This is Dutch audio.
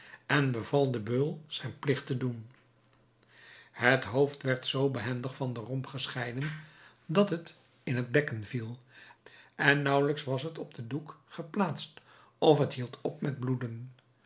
en beval den beul zijn pligt te doen het hoofd werd zoo behendig van den romp gescheiden dat het in het bekken viel en naauwelijks was het op den doek geplaatst of het hield op met bloeden